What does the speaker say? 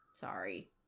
Sorry